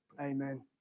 amen